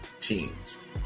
teams